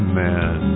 man